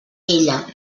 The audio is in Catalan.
ella